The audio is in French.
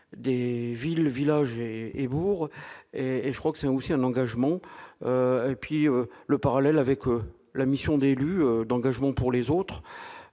des villes, villages et bourgs et je crois que c'est aussi un engagement et puis le parallèle avec la mission d'élus, d'engagement pour les autres,